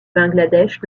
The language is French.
bangladesh